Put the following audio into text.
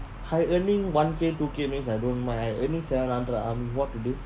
I earning one K two K means I don't mind I earning seven hundred what to do